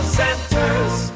centers